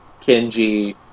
Kenji